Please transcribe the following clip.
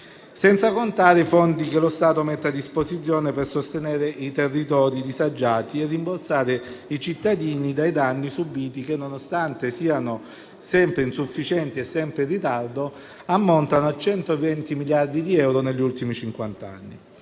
senza contare i fondi che lo Stato mette a disposizione per sostenere i territori disagiati e rimborsare i cittadini dai danni subiti, che, nonostante siano sempre insufficienti e sempre in ritardo, ammontano a 120 miliardi di euro negli ultimi